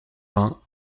vingt